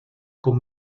com